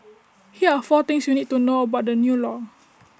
here are four things you need to know about the new law